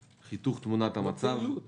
בחיתוך תמונת המצב על הרשות